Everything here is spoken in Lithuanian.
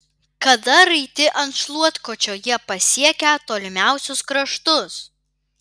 kada raiti ant šluotkočio jie pasiekią tolimiausius kraštus